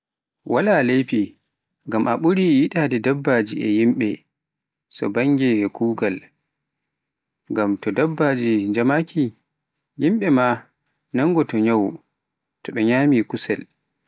wala leifi ngam a ɓuri yiɗeede daabaaji e yimɓe to bannge kuugal, ngam to daabbaaji njamaki yimɓe maa nangoto e nyawu to ɓe nyami kusel.